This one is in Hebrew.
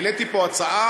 העליתי פה הצעה,